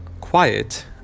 quiet